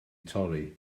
torri